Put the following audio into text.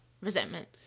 resentment